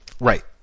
Right